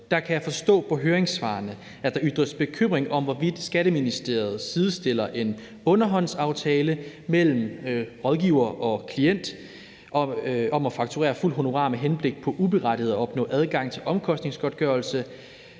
der kan jeg forstå på høringssvarene, at der ytres bekymring om, hvorvidt Skatteministeriet sidestiller en underhåndsaftale mellem rådgiver og klient om at fakturere et fuldt honorar med henblik på uberettiget at opnå adgang til omkostningsgodtgørelse